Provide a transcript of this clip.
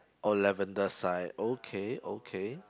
oh Lavender side okay okay